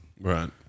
Right